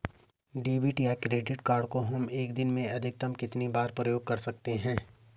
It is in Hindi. डेबिट या क्रेडिट कार्ड को हम एक दिन में अधिकतम कितनी बार प्रयोग कर सकते हैं?